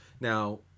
Now